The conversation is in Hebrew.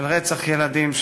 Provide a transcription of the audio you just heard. של רצח ילדים,